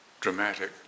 dramatic